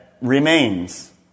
remains